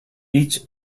each